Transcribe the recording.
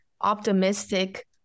optimistic